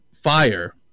fire